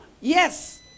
Yes